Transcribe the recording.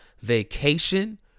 Vacation